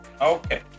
Okay